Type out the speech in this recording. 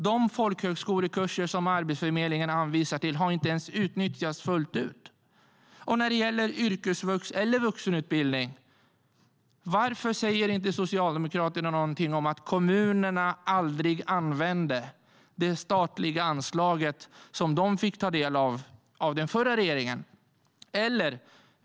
De folkhögskolekurser som Arbetsförmedlingen anvisar har inte utnyttjats fullt ut. Och när det gäller yrkesvux eller vuxenutbildning: Varför säger inte Socialdemokraterna någonting om att kommunerna aldrig använde den förra regeringens statliga anslag som de fick ta del av?